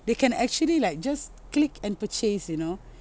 they can actually like just click and purchase you know